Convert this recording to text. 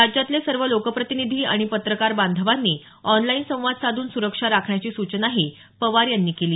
राज्यातले सर्व लोकप्रतिनिधी आणि पत्रकार बांधवांनी ऑनलाईन संवाद साधून सुरक्षा राखण्याची सूचनाही पवार यांनी केली